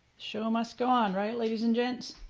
show must go on, right, ladies and gents?